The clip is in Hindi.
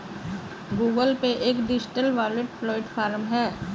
गूगल पे एक डिजिटल वॉलेट प्लेटफॉर्म है